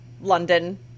London